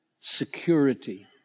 security